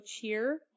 Cheer